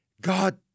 God